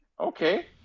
Okay